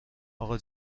اقا